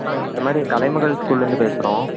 ஆ இந்தமாதிரி கலைமகள் ஸ்கூல்லேருந்து பேசுகிறோம்